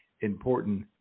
important